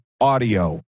Audio